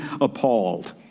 appalled